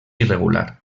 irregular